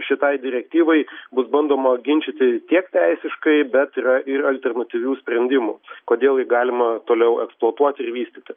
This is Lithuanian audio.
šitai direktyvai bus bandoma ginčyti tiek teisiškai bet yra ir alternatyvių sprendimų kodėl jį galima toliau eksploatuoti ir vystyti